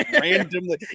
randomly